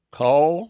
call